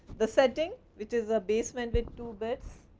the setting which is a basement with two beds,